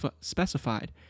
specified